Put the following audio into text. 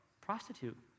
prostitute